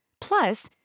Plus